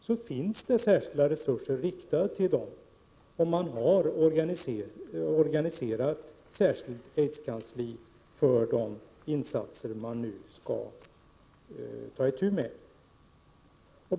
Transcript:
Det finns särskilda resurser riktade dit, och det har organiserats ett särskilt aidskansli för de insatser man nu skall ta itu med.